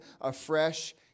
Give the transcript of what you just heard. afresh